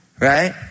right